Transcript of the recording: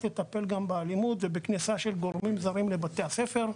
לטפל גם באלימות ובכניסה של גורמים זרים לבתי הספר.